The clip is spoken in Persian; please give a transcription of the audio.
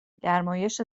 گرمایش